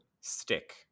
Stick